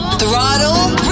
throttle